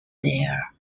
their